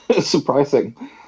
surprising